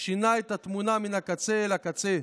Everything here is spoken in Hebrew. שינה את התמונה מן הקצה אל הקצה.